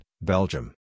Belgium